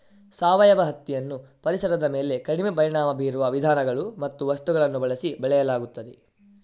ಸಾವಯವ ಹತ್ತಿಯನ್ನು ಪರಿಸರದ ಮೇಲೆ ಕಡಿಮೆ ಪರಿಣಾಮ ಬೀರುವ ವಿಧಾನಗಳು ಮತ್ತು ವಸ್ತುಗಳನ್ನು ಬಳಸಿ ಬೆಳೆಯಲಾಗುತ್ತದೆ